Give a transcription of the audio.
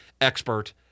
expert